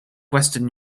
western